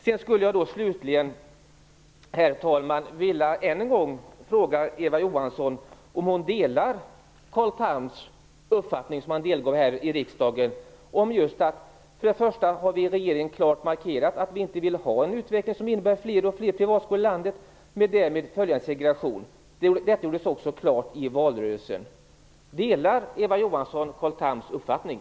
Jag vill slutligen, herr talman, än en gång vilja fråga Eva Johansson om hon delar följande uppfattning, som Carl Tham redovisade här i riksdagen: "För det första har vi i regeringen klart markerat att vi inte vill ha en utveckling som innebär fler och fler privatskolor i landet och därmed följande segregation. Detta gjordes också klart i valrörelsen." Delar Eva Johansson Carl Thams uppfattning?